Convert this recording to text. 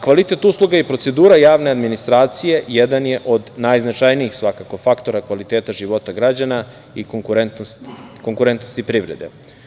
Kvalitet usluga i procedura javne administracije, jedan je od najznačajnijih faktora kvaliteta života građana, i konkurentnosti privrede.